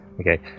okay